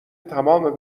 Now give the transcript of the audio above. تمام